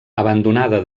abandonada